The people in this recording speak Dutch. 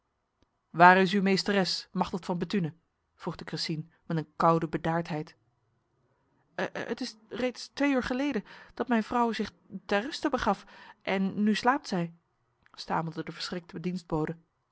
waar is uw meesteres machteld van bethune vroeg de cressines met een koude bedaardheid het is reeds twee uur geleden dat mijn vrouw zich ter ruste begaf en nu slaapt zij stamelde de verschrikte